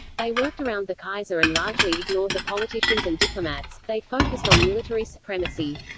they worked around the kaiser and largely ignored the politicians and diplomats they focused on military supremacy.